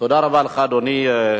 תודה רבה לך, אדוני.